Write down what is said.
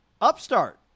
Upstart